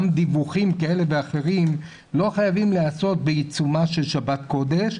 גם דיווחים כאלה ואחרים לא חייבים להיעשות בעיצומה של שבת קודש.